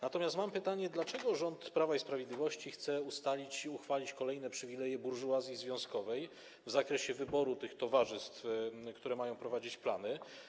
Natomiast mam pytanie, dlaczego rząd Prawa i Sprawiedliwości chce uchwalić kolejne przywileje burżuazji związkowej w zakresie wyboru towarzystw, które mają prowadzić plany.